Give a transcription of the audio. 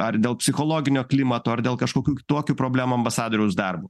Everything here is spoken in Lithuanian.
ar dėl psichologinio klimato ar dėl kažkokių kitokių problemų ambasadoriaus darbu